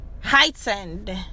heightened